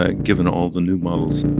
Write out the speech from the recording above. ah given all the new models and